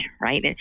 right